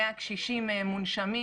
מאה קשישים מונשמים,